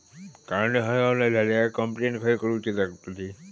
Card हरवला झाल्या complaint खय करूची लागतली?